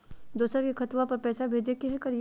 दोसर के खतवा पर पैसवा भेजे ले कि करिए?